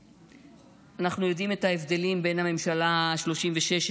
אנחנו יודעים את ההבדלים בין הממשלה השלושים-ושש,